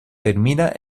termina